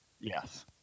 Yes